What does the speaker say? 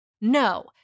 No